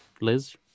Liz